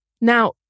Now